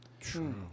True